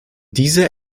dieser